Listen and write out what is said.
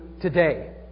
today